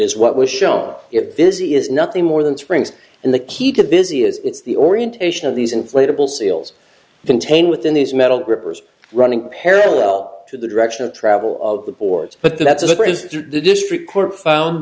is what was shown it busy is nothing more than springs in the key to busy it's the orientation of these inflatable seals contain within these metal rivers running parallel to the direction of travel of the boards but that's a great as the district court found